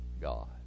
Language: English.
God